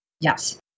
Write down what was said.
Yes